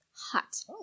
hot